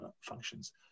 functions